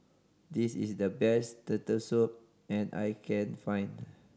this is the best Turtle Soup and I can find